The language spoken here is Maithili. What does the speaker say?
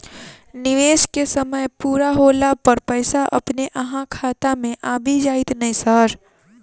निवेश केँ समय पूरा होला पर पैसा अपने अहाँ खाता मे आबि जाइत नै सर?